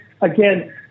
Again